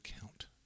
count